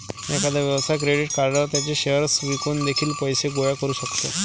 एखादा व्यवसाय क्रेडिट खात्यावर त्याचे शेअर्स विकून देखील पैसे गोळा करू शकतो